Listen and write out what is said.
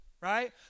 right